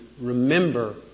remember